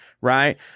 right